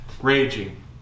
raging